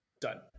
done